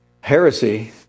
heresy